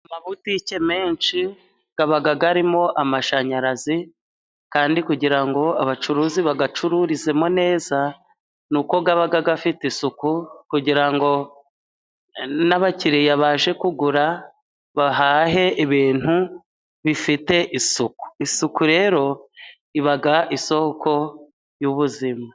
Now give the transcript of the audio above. Amabutike menshi abaga arimo amashanyarazi kandi kugira ngo abacuruzi bayacururizemo neza ni uko aba afite isuku kugira ngo n'abakiriya baje kugura bahahe ibintu bifite isuku. Isuku rero iba isoko y'ubuzima.